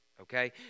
Okay